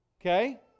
Okay